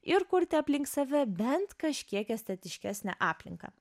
ir kurti aplink save bent kažkiek estetiškesnę aplinką